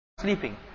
sleeping